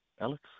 Alex